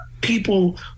people